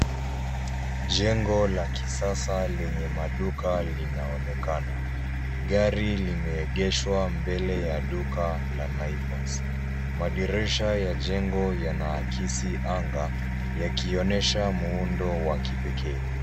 Jengo la kisasa lenye maduka linaonekana. Gari limeegeshwa mbele ya duka la Naivas. Madirisha ya jengo yanaakisi anga, yakionyesha muundo wa kipekee.